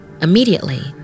Immediately